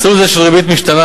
מסלול זה של ריבית משתנה,